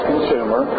consumer